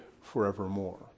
forevermore